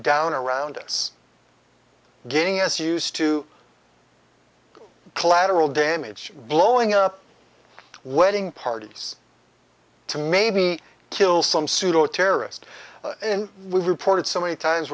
down around us getting us used to collateral damage blowing up wedding parties to maybe kill some pseudo terrorist in reported so many times